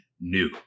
new